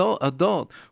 adult